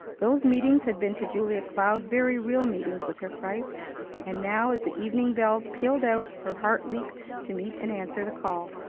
those meetings had been to julia cloud very real meetings with her christ and now, as the evening bells pealed out, her heart leaped to meet and answer the call.